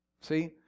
See